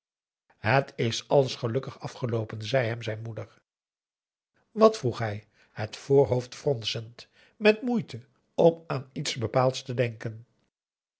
het is alles gelukkig afgeloopen zei hem zijn moeder wat vroeg hij het voorhoofd fronsend met moeite om aan iets bepaalds te denken